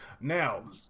Now